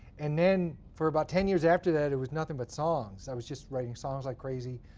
and then for about ten years after that, it was nothing but songs. i was just writing songs like crazy,